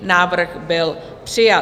Návrh byl přijat.